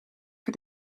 for